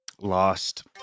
Lost